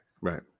Right